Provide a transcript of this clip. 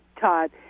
Todd